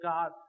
God